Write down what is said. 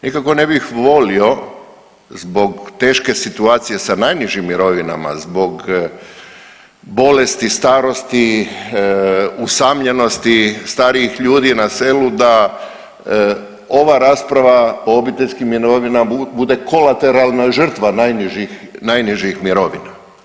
Nikako ne bih volio zbog teške situacije sa najnižim mirovinama zbog bolesti, starosti, usamljenosti starijih ljudi na selu da ova rasprava o obiteljskim mirovinama bude kolateralna žrtva najnižih, najnižih mirovina.